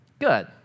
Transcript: good